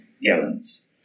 gallons